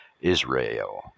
Israel